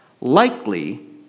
likely